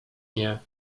nie